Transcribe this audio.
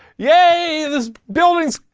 yay, this building's,